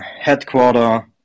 headquarter